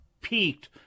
peaked